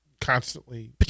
constantly